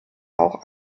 auch